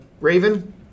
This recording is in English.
Raven